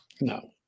No